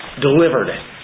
delivered